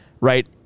Right